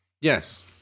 Yes